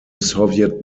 soviet